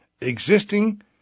Existing